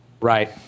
Right